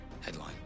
Headline